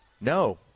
No